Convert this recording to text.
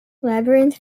labyrinth